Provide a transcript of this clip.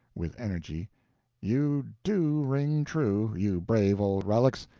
with energy you do ring true, you brave old relics!